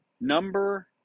number